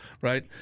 right